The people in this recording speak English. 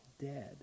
dead